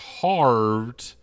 carved